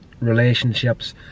relationships